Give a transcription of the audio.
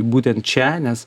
būtent čia nes